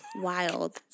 Wild